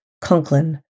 Conklin